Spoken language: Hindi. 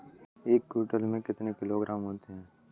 एक क्विंटल में कितने किलोग्राम होते हैं?